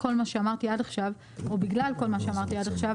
כל מה שאמרתי עד עכשיו או בגלל כל מה שאמרתי עד עכשיו,